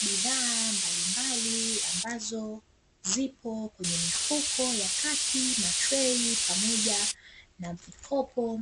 Bidhaa mbalimbali ambazo zipo kwenye mifuko ya kati na treni, pamoja na mkopo